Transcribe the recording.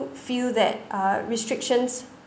feel that uh restrictions